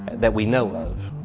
that we know of,